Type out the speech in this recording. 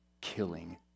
killing